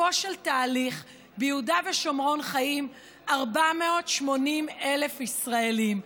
בסופו של תהליך ביהודה ושומרון חיים 480,000 ישראלים,